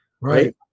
Right